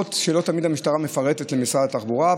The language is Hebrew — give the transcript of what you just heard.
מסיבות שלא תמיד המשטרה מפרטת למשרד התחבורה.